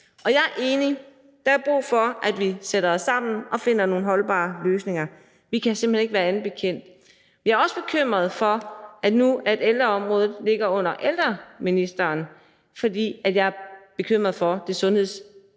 Jeg er enig, der er brug for, at vi sætter os sammen og finder nogle holdbare løsninger, for vi kan simpelt hen ikke være andet bekendt. Jeg er også bekymret, fordi ældreområdet nu ligger under ældreministeren, fordi jeg er bekymret for det sundhedsfaglige